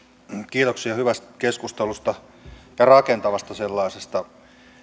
kiitoksia hyvästä keskustelusta ja rakentavasta sellaisesta